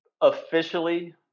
officially